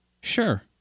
Sure